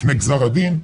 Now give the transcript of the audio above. לפני גזר הדין,